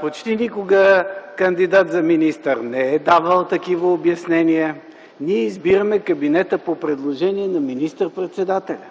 Почти никога кандидат за министър не е давал такива обяснения. Ние избираме кабинета по предложение на министър-председателя.